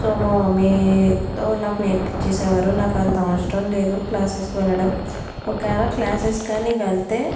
so మా మమ్మీతో నాకు నేర్పించేసే వారు నాకంత అవసరం లేదు క్లాసెస్ కి వెళ్ళడం ఒకవేళ క్లాసెస్కి కాని వెళ్తే